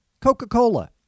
Coca-Cola